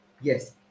Yes